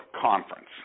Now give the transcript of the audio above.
conference